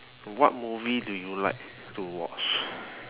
what movie do you like to watch